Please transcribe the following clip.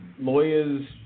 Lawyers